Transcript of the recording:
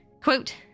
Quote